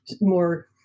more